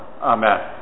Amen